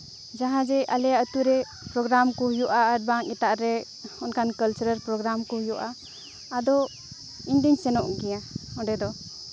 ᱡᱟᱦᱟᱸ ᱡᱮ ᱟᱞᱮᱭᱟᱜ ᱟᱛᱳ ᱨᱮ ᱯᱨᱳᱜᱨᱟᱢ ᱠᱚ ᱦᱩᱭᱩᱜᱼᱟ ᱟᱨ ᱵᱟᱝ ᱮᱴᱟᱜ ᱨᱮ ᱚᱱᱠᱟᱱ ᱠᱟᱞᱪᱟᱨᱟᱞ ᱯᱨᱳᱜᱨᱟᱢ ᱠᱚ ᱦᱩᱭᱩᱜᱼᱟ ᱟᱫᱚ ᱤᱧ ᱫᱚᱧ ᱥᱮᱱᱚᱜ ᱜᱮᱭᱟ ᱚᱸᱰᱮ ᱫᱚ